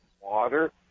water